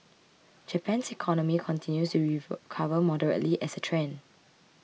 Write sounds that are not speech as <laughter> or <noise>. Japan's economy continues to <unintelligible> recover moderately as a trend